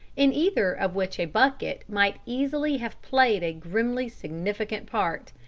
in either of which a bucket might easily have played a grimly significant part.